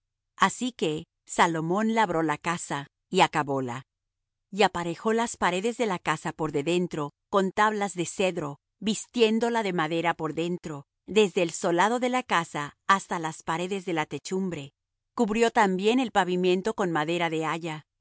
así que salomón labró la casa y acabóla y aparejó las paredes de la casa por de dentro con tablas de cedro vistiéndola de madera por dentro desde el solado de la casa hasta las paredes de la techumbre cubrió también el pavimento con madera de